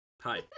Hi